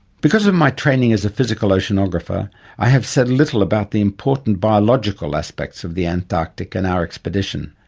because of my training as a physical oceanographer i have said little about the important biological aspects of the antarctic and our expedition.